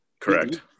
Correct